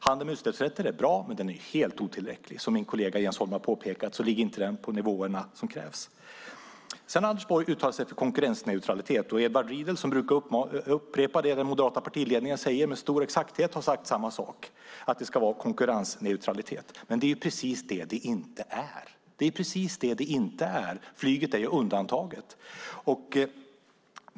Handeln med utsläppsrätter är bra, men den är helt otillräcklig. Som min kollega Jens Holm har påpekat ligger den inte på de nivåer som krävs. Anders Borg har uttalat sig för konkurrensneutralitet. Och Edward Riedl, som brukar upprepa det som den moderata partiledningen säger med stor exakthet, har sagt samma sak, att det ska vara konkurrensneutralitet. Men det är ju precis det som det inte är. Flyget är ju undantaget.